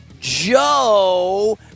Joe